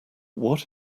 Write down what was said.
what